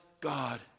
God